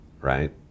right